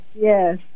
yes